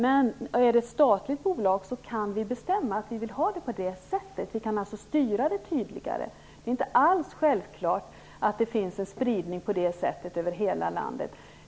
Med ett statligt bolag kan vi bestämma att vi vill ha det så och styra det tydligare. Det är inte alls självklart att det annars blir en spridning över hela landet.